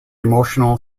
emotional